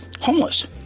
homeless